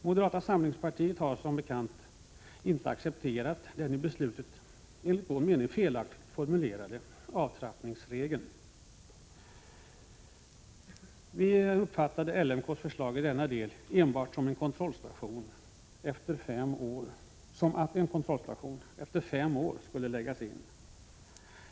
Moderata samlingspartiet har som bekant inte accepterat den i beslutet enligt vår mening felaktigt formulerade avtrappningsregeln. Vi uppfattade LMK:s förslag i denna del enbart så, att en kontrollstation skulle läggas in efter fem år.